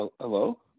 hello